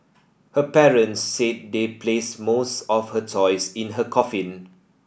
her parents said they placed most of her toys in her coffin